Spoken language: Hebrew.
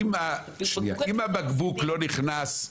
אם הבקבוק לא נכנס,